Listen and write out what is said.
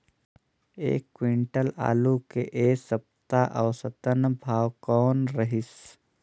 एक क्विंटल आलू के ऐ सप्ता औसतन भाव कौन रहिस?